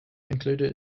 included